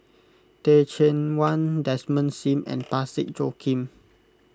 Teh Cheang Wan Desmond Sim and Parsick Joaquim